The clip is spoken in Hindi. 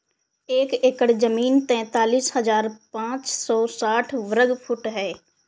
एक एकड़ जमीन तैंतालीस हजार पांच सौ साठ वर्ग फुट है